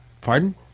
pardon